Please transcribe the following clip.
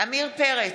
עמיר פרץ,